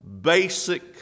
basic